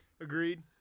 Agreed